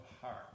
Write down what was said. heart